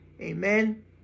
Amen